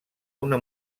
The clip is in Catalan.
una